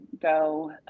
go